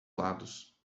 lados